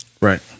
Right